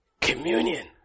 communion